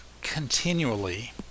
continually